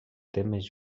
temes